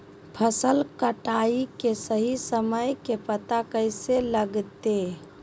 फसल कटाई के सही समय के पता कैसे लगते?